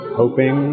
hoping